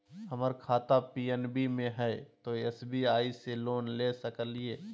हमर खाता पी.एन.बी मे हय, तो एस.बी.आई से लोन ले सकलिए?